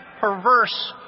perverse